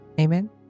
Amen